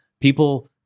people